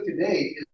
today